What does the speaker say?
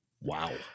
Wow